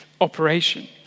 operation